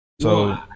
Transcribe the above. So-